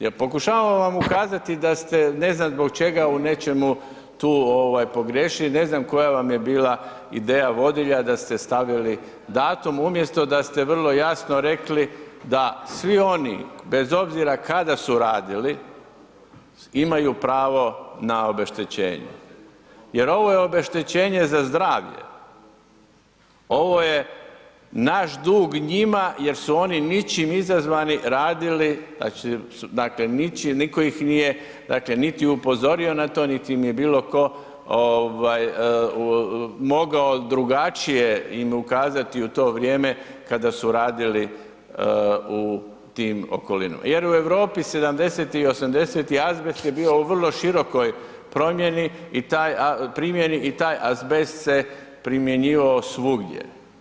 Ja pokušavam vam ukazati da ste, ne znam zbog čega u nečemu tu pogriješili, ne znam koja vam je bila ideja vodilja da ste stavili datum umjesto da ste vrlo jasno rekli da svi oni, bez obzira kada su radili, imaju pravo na obeštećenje, jer ovo je obeštećenje za zdravlje, ovo je naš dug njima jer su oni ničim izazvani radili, dakle nitko ih nije, dakle niti upozorio na to, niti im je bilo tko mogao drugačije im ukazati u to vrijeme kada su radili u tim okolinama, jer u Europi '70.-tih i '80.-tih azbest je bio u vrlo širokoj primjeni i taj azbest se primjenjivao svugdje.